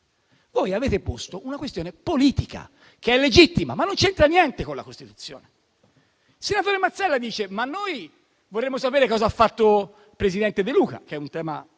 Voi avete posto una questione politica, che è legittima, ma non c'entra niente con la Costituzione. Il senatore Mazzella dice che vorrebbero sapere cos'ha fatto il presidente De Luca, che è un tema